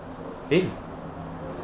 eh